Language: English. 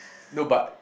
no but